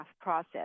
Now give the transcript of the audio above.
process